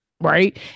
right